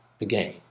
again